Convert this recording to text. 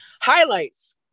Highlights